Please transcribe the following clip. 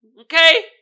Okay